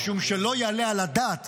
משום שלא יעלה על הדעת